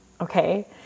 okay